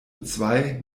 zwei